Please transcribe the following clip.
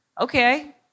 Okay